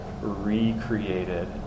recreated